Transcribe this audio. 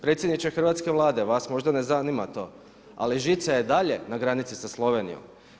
Predsjedniče hrvatske Vlade, vaš možda ne zanima to ali žica je dalje na granici sa Slovenijom.